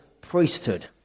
priesthood